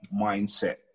mindset